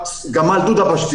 אתם רוצים מעל 20,000 מטר רבוע?